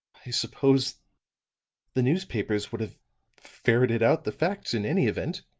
i suppose the newspapers would have ferreted out the facts in any event.